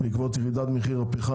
בעקבות מחיר הפחם,